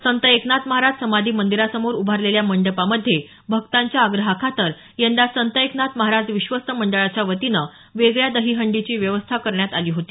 संत एकनाथ महाराज समाधी मंदीरासमोर उभारलेल्या मंडपामध्ये भक्तांच्या आग्रहाखातर यंदा संत एकनाथ महाराज विश्वस्त मंडळाच्या वतीनं वेगळ्या दहीहंडीची व्यवस्था करण्यात आली होती